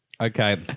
Okay